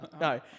No